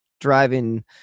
driving